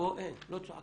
פה אין, לא צועקים.